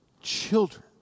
children